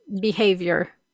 behavior